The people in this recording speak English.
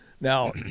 Now